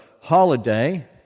holiday